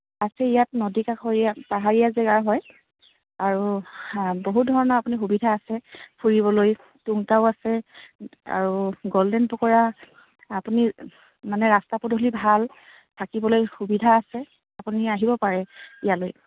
আছে ইয়াত নদীকাষৰীয়া পাহাৰীয়া জেগা হয় আৰু বহুত ধৰণৰ আপুনি সুবিধা আছে ফুৰিবলৈ তুমটাও আছে আৰু গল্ডেন পকৰা আপুনি মানে ৰাস্তা পদূলি ভাল থাকিবলৈ সুবিধা আছে আপুনি আহিব পাৰে ইয়ালৈ